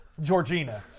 Georgina